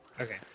Okay